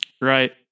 Right